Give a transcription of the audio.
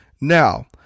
Now